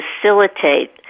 facilitate